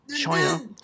China